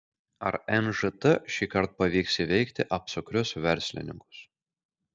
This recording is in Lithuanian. ar nžt šįkart pavyks įveikti apsukrius verslininkus